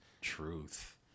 Truth